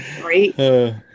Great